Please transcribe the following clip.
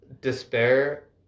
despair